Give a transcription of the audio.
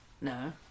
No